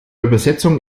übersetzung